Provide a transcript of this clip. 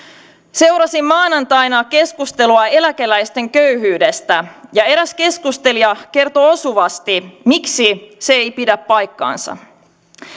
seurasin maanantaina keskustelua eläkeläisten köyhyydestä ja eräs keskustelija kertoi osuvasti miksi se ei pidä paikkaansa